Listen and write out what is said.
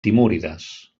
timúrides